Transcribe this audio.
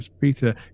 Peter